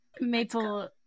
Maple